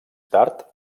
tard